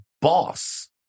boss